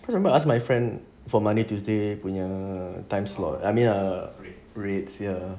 cause I remember I ask my friend for monday tuesday punya time slot I mean err rates ya